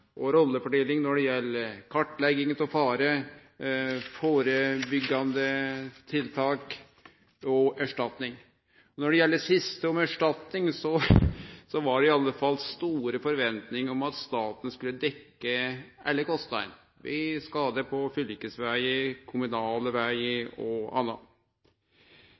og rolledeling når det gjeld kartlegging av fare, førebyggjande tiltak og erstatning. Når det gjeld det siste, erstatning, var det i alle fall store forventningar til at staten skulle dekkje alle kostnadene ved skadar på fylkesvegar, kommunale vegar og anna.